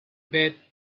bet